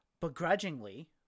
begrudgingly